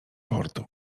portu